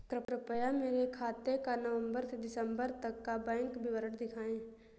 कृपया मेरे खाते का नवम्बर से दिसम्बर तक का बैंक विवरण दिखाएं?